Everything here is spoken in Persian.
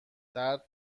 درد